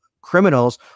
criminals